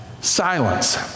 Silence